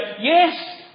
yes